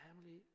family